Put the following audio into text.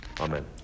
Amen